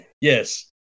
Yes